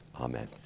Amen